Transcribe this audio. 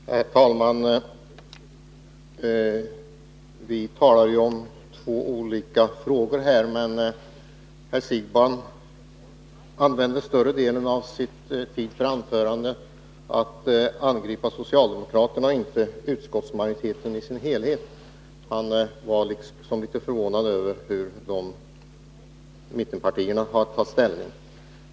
Herr talman! Vi talar ju om två olika saker. Herr Siegbahn använde större delen av tiden för sitt anförande till att angripa socialdemokraterna och inte utskottsmajoriteten i dess helhet. Han var litet förvånad över det sätt på vilket mittenpartierna tagit ställning.